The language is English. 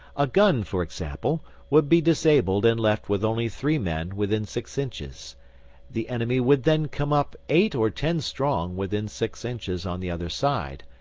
a gun, for example, would be disabled and left with only three men within six inches the enemy would then come up eight or ten strong within six inches on the other side,